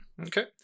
Okay